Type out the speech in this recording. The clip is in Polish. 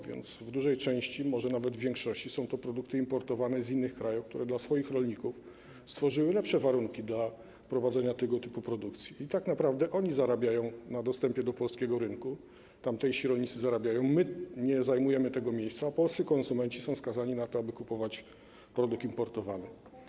W dużej części, może nawet w większości, są to produkty importowane z innych krajów, które dla swoich rolników stworzyły lepsze warunki do prowadzenia tego typu produkcji, i tak naprawdę to oni zarabiają na dostępie do polskiego rynku, tamtejsi rolnicy zarabiają, my nie zajmujemy tego miejsca, a polscy konsumenci są skazani na to, aby kupować produkt importowany.